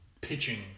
pitching